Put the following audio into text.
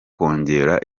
kongera